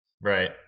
Right